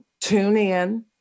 TuneIn